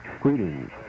Greetings